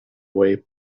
way